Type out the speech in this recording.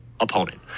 Opponent